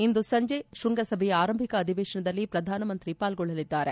ಇಂದು ಸಂಜೆ ಶೃಂಗಸಬೆಯ ಆರಂಭಿಕ ಅಧಿವೇಶನದಲ್ಲಿ ಪ್ರಧಾನಮಂತ್ರಿ ಪಾಲ್ಗೊಳ್ಳಲಿದ್ದಾರೆ